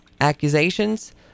accusations